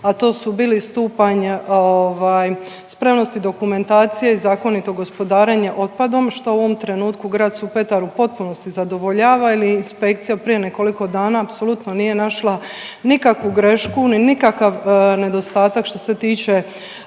a to su bili stupanj spremnosti dokumentacije i zakonito gospodarenje otpadom što u ovom trenutku grad Supetar u potpunosti zadovoljava jer inspekcija prije nekoliko dana apsolutno nije našla nikakvu grešku, ni nikakav nedostatak što se tiče